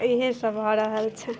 ईहे सब भऽ रहल छै